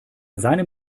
seinem